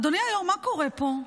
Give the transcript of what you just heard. אדוני היו"ר, מה קורה פה?